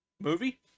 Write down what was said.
Movie